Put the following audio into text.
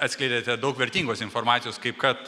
atskleidėte daug vertingos informacijos kaip kad